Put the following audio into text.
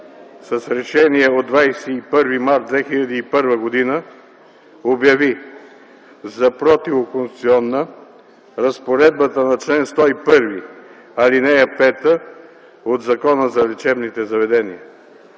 с Решение от 21 март 2001 г. обяви за противоконституционна разпоредбата на чл. 101, ал. 5 от Закона за лечебните заведения.